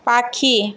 পাখি